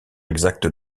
exact